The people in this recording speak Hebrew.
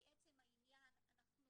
מעצם העניין אנחנו